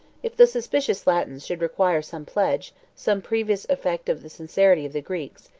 if the suspicious latins should require some pledge, some previous effect of the sincerity of the greeks,